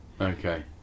Okay